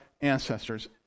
ancestors